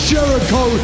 Jericho